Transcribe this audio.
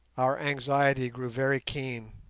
our anxiety grew very keen.